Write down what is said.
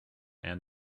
and